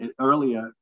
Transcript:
earlier